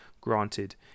Granted